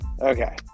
Okay